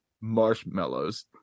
Marshmallows